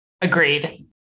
Agreed